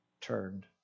turned